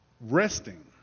Resting